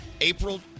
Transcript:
April